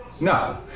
No